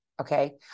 Okay